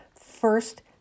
First